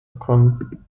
bekommen